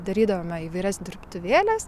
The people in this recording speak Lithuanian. darydavome įvairias dirbtuvėles